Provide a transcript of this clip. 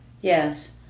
Yes